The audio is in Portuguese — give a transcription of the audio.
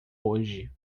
hoje